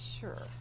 sure